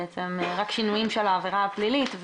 רק שינויים של העבירה הפלילית,